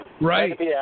Right